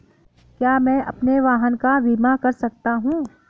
क्या मैं अपने वाहन का बीमा कर सकता हूँ?